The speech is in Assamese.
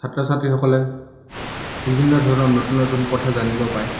ছাত্ৰ ছাত্ৰীসকলে বিভিন্ন ধৰণৰ নতুন নতুন কথা জানিব পায়